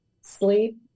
sleep